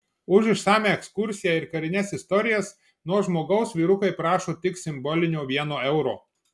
už išsamią ekskursiją ir karines istorijas nuo žmogaus vyrukai prašo tik simbolinio vieno euro